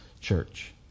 church